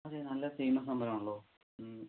അതെ നല്ല ഫേമസ് അമ്പലമാണല്ലോ